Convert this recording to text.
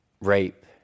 rape